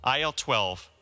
IL-12